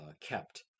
kept